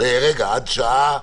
(הישיבה נפסקה בשעה